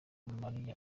mariya